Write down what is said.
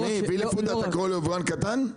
לוויליפוד אתה קורא לו יבואן קטן?